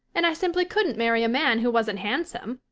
and i simply couldn't marry a man who wasn't handsome.